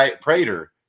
Prater